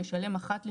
ישלם אחת לשנה,